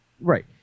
right